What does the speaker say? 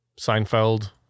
Seinfeld